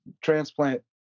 transplant